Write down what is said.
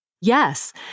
Yes